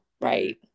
right